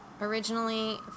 originally